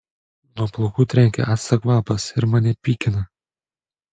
nuo plaukų trenkia acto kvapas ir mane pykina